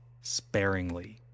sparingly